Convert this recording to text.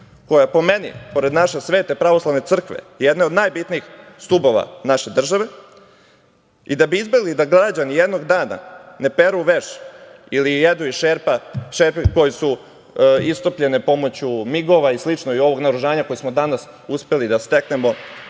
koja, po meni, pored naše svete pravoslavne crkve, jedne od najbitnijih stubova naše države, i da bi izbegli da građani jednog dana ne peru veš ili jedu iz šerpa koje su istopljene pomoću MIG-ova i ovog naoružanja koje smo danas uspeli da steknemo